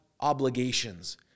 obligations